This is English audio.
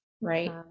right